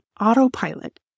autopilot